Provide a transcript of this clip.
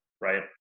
Right